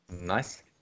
Nice